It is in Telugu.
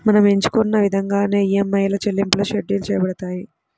మనం ఎంచుకున్న ఇదంగానే ఈఎంఐల చెల్లింపులు షెడ్యూల్ చేయబడతాయి